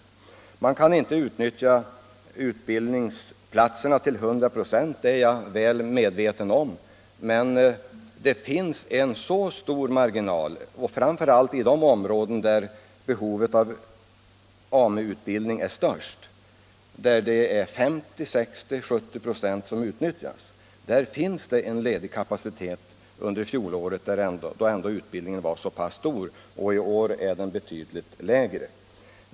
Jag är väl medveten om att man inte kan utnyttja utbildningsplatserna till 100 96. Det finns en stor marginal framför allt i de områden där behovet av arbetsmarknadsutbildning är störst och där 50, 60, 70 26 av platserna utnyttjas. Där hade man ledig kapacitet under fjolåret när ändå deltagandet i utbildningen var stort. I år är det betydligt mindre.